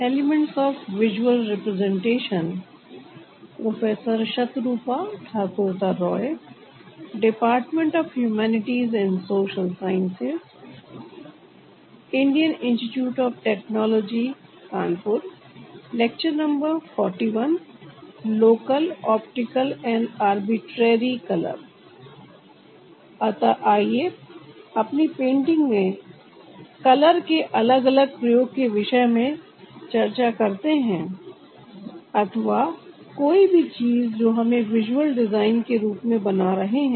अतः अIइए अपनी पेंटिंग में कलर के अलग अलग प्रयोग के विषय में चर्चा करते हैं अथवा कोई भी चीज जो हम विजुअल डिजाइन के रूप में बना रहे हैं